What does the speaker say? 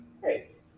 Great